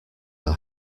are